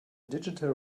digital